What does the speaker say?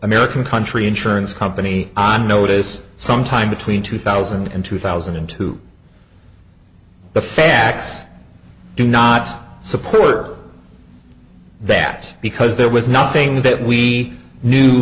american country insurance company on notice sometime between two thousand and two thousand and two the facts do not support that because there was nothing that we knew